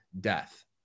death